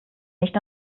nicht